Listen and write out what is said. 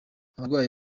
abarwayi